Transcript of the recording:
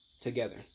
together